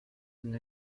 and